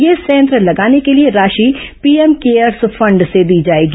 यह संयंत्र लगाने के लिए राशि पीएम केयर्स फंड से दी जाएगी